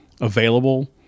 available